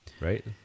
Right